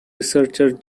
researcher